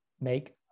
Make